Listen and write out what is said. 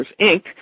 Inc